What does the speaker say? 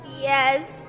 Yes